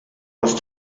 los